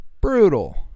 Brutal